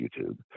YouTube